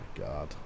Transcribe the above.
God